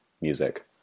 music